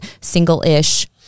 single-ish